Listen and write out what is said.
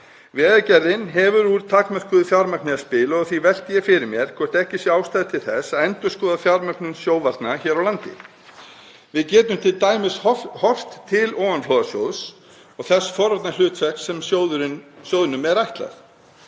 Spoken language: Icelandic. Vegagerðin hefur úr takmörkuðu fjármagni að spila og því velti ég fyrir mér hvort ekki sé ástæða til þess að endurskoða fjármögnun sjóvarna hér á landi. Við getum t.d. horft til ofanflóðasjóðs og þess forvarnahlutverks sem sjóðnum er ætlað.